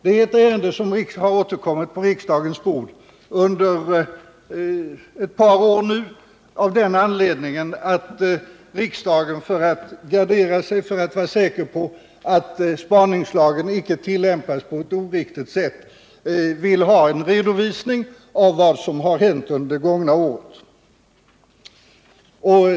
Det är ett ärende som återkommit på riksdagens bord under ett par år nu av den anledningen att riksdagen, för att vara säker på att spaningslagen icke tillämpas på ett oriktigt sätt, vill ha en redovisning av vad som hänt under det gångna året.